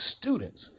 students